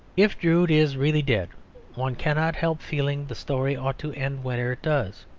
if drood is really dead one cannot help feeling the story ought to end where it does